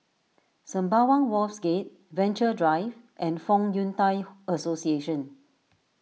Sembawang Wharves Gate Venture Drive and Fong Yun Thai Association